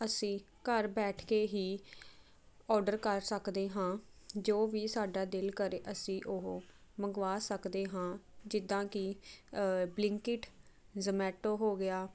ਅਸੀਂ ਘਰ ਬੈਠ ਕੇ ਹੀ ਓਰਡਰ ਕਰ ਸਕਦੇ ਹਾਂ ਜੋ ਵੀ ਸਾਡਾ ਦਿਲ ਕਰੇ ਅਸੀਂ ਉਹ ਮੰਗਵਾ ਸਕਦੇ ਹਾਂ ਜਿੱਦਾਂ ਕਿ ਬਲਿੰਕਇਟ ਜੋਮੈਟੋ ਹੋ ਗਿਆ